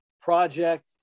project